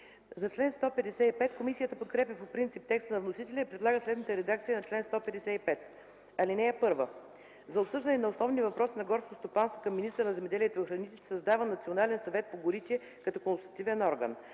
ЯНЧЕВА: Комисията подкрепя по принцип текста на вносителя и предлага следната редакция на чл. 155: „Чл. 155. (1) За обсъждане на основни въпроси на горското стопанство към министъра на земеделието и храните се създава Национален съвет по горите като консултативен орган.